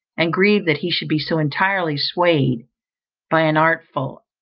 and grieved that he should be so entirely swayed by an artful,